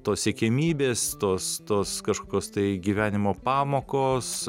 tos siekiamybės tos tos kažkokios tai gyvenimo pamokos